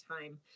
time